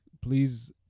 please –